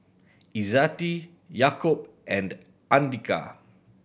Izzati Yaakob and Andika